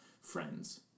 friends